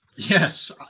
Yes